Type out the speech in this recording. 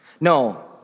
No